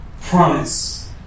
promise